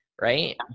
Right